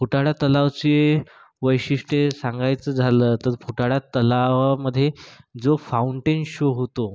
फुटाळा तलावाचे वैशिष्ट्य सांगायचं झालं तर फुटाळा तलावामधे जो फाऊंटेन शो होतो